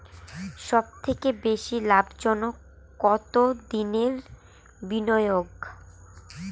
সবথেকে বেশি লাভজনক কতদিনের বিনিয়োগ?